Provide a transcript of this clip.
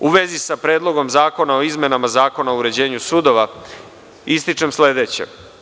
U vezi sa Predlogom zakona o izmenama Zakona o uređenju sudova, ističem sledeće.